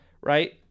right